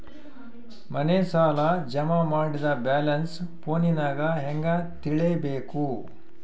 ಮನೆ ಸಾಲ ಜಮಾ ಮಾಡಿದ ಬ್ಯಾಲೆನ್ಸ್ ಫೋನಿನಾಗ ಹೆಂಗ ತಿಳೇಬೇಕು?